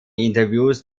interviews